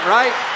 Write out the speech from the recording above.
right